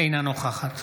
אינה נוכחת